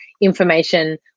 information